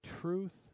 truth